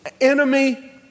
enemy